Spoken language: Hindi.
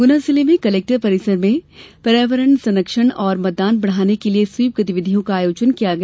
गुना जिले में कलेक्टर परिसर में पर्यावरण संरक्षण और मतदान बढ़ाने के लिये स्वीप गतिविधियों का आयोजन किया गया